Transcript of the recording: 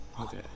okay